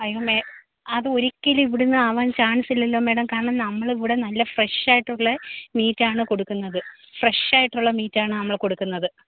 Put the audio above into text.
അയ്യോ മേ അതൊരിക്കലും ഇവിടെ നിന്നാകാൻ ചാൻസ് ഇല്ലല്ലൊ മാഡം കാരണം നമ്മളിവിടെ നല്ല ഫ്രഷ് ആയിട്ടുള്ള മീറ്റാണ് കൊടുക്കുന്നത് ഫ്രഷ് ആയിട്ടുള്ള മീറ്റാണ് നമ്മൾ കൊടുക്കുന്നത്